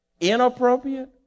inappropriate